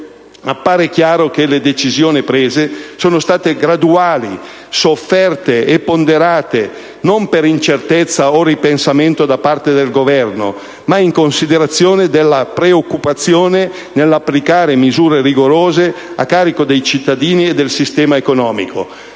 appare chiaro che le decisioni prese sono state graduali, sofferte e ponderate, non per incertezza o ripensamento da parte del Governo, ma in considerazione della preoccupazione nell'applicare misure rigorose a carico dei cittadini e del sistema economico.